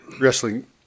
wrestling